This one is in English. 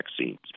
vaccines